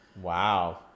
wow